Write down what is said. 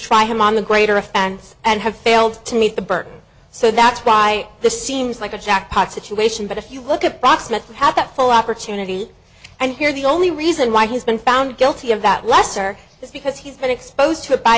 try him on the greater offense and have failed to meet the burden so that's why this seems like a jackpot situation but if you look at proximate have that full opportunity and here the only reason why he's been found guilty of that lesser is because he's been exposed to it by